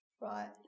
Right